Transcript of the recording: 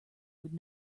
would